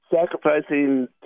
sacrificing